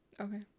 Okay